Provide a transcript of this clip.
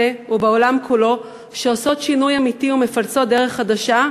ובעולם כולו שעושות שינוי אמיתי ומפלסות דרך חדשה,